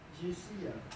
J_C ah